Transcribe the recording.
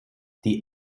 die